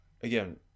again